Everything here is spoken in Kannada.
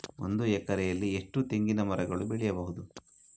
ಒಂದು ಎಕರೆಯಲ್ಲಿ ಎಷ್ಟು ತೆಂಗಿನಮರಗಳು ಬೆಳೆಯಬಹುದು?